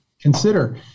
consider